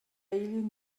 alien